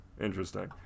Interesting